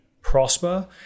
prosper